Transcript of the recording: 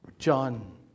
John